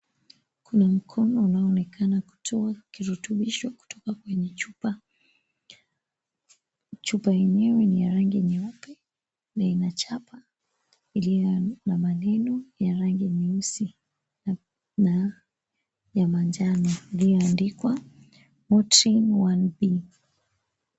Kuna mkono unaoonekana kutoa kidudumisho kutoka kwenye chupa. Chupa yenyewe ni ya rangi nyeupe na ina chapa iliyo ya na maneno ya rangi nyeusi na ya manjano, iliyoandikwa Motrin 1B .